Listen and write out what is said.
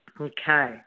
Okay